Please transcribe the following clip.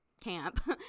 camp